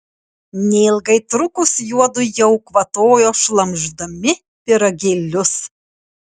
neilgai trukus juodu jau kvatojo šlamšdami pyragėlius